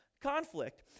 conflict